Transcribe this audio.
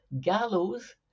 gallows